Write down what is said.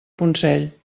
consell